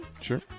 Sure